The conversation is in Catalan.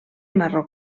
marró